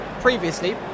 previously